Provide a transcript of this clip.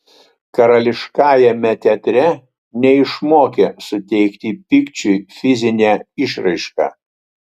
karališkajame teatre neišmokė suteikti pykčiui fizinę išraišką